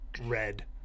red